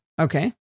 Okay